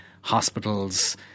hospitals